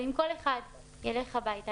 אבל אם כל אחד יילך הביתה,